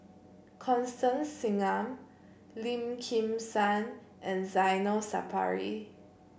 Constance Singam Lim Kim San and Zainal Sapari